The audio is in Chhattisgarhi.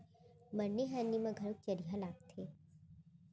मरनी हरनी म घलौ चरिहा लागथे